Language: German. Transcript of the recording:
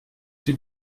sie